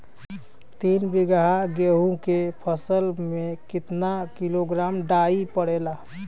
तीन बिघा गेहूँ के फसल मे कितना किलोग्राम डाई पड़ेला?